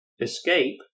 escape